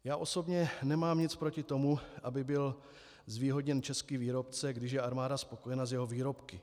Já osobně nemám nic proti tomu, aby byl zvýhodněn český výrobce, když je armáda spokojena s jeho výrobky.